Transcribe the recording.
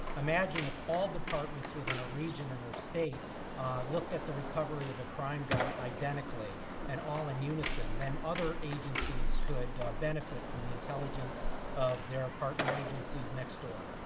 imagine if all departments within a region or state looked at the recovery of a crime gun identically and all in unison, then other agencies could benefit from the intelligence of their partner agencies next door.